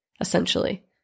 essentially